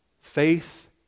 faith